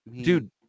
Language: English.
Dude